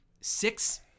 six